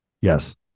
Yes